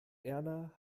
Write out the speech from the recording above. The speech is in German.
erna